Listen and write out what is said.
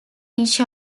each